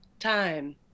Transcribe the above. time